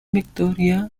victoria